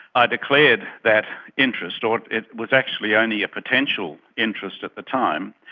i declared that interest, or it was actually only a potential interest at the time,